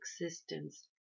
existence